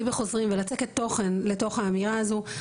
בחוזרים ולצקת תוכן לתוך האמירה הזו,